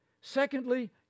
Secondly